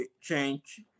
change